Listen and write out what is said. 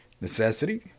necessity